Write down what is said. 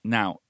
now